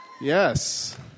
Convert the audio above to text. Yes